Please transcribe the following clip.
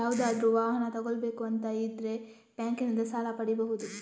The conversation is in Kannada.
ಯಾವುದಾದ್ರೂ ವಾಹನ ತಗೊಳ್ಬೇಕು ಅಂತ ಇದ್ರೆ ಬ್ಯಾಂಕಿನಿಂದ ಸಾಲ ಪಡೀಬಹುದು